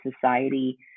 society